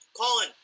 Colin